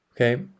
Okay